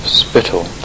spittle